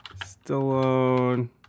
Stallone